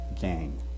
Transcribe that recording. gang